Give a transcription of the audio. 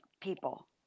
people